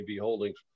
Holdings